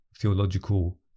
theological